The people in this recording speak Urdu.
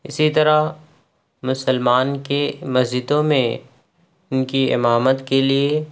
اسی طرح مسلمان کے مسجدوں میں ان کی امامت کے لیے